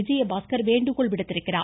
விஜயபாஸ்கர் வேண்டுகோள் விடுத்திருக்கிறார்